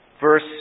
verse